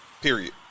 period